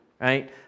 right